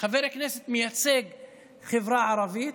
כחבר כנסת שמייצג את החברה הערבית?